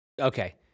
Okay